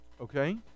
Okay